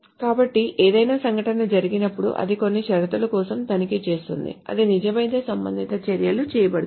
కాబట్టి ఏదైనా సంఘటన జరిగినప్పుడు అది కొన్ని షరతుల కోసం తనిఖీ చేస్తుంది అది నిజమైతే సంబంధిత చర్య తీసుకోబడుతోంది